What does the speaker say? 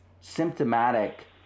symptomatic